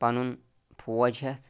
پَنُن فوج ہیٚتھ